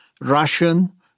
Russian